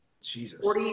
Jesus